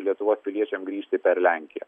lietuvos piliečiam grįžti per lenkiją